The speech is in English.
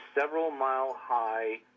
several-mile-high